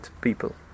people